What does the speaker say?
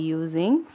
using